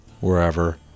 wherever